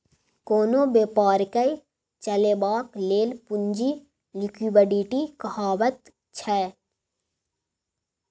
कोनो बेपारकेँ चलेबाक लेल पुंजी लिक्विडिटी कहाबैत छै